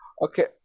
Okay